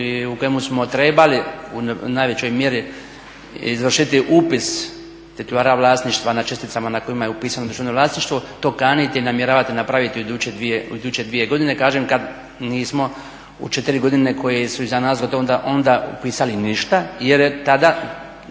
u kojemu smo trebali u najvećoj mjeri izvršiti upis …/Govornik se ne razumije./… vlasništva na česticama na kojima je upisano …/Govornik se ne razumije./… i namjeravate napraviti u iduće dvije godine, kažem kada nismo u 4 godine koje su iza nas gotovo onda upisali ništa jer je